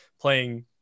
playing